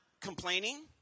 complaining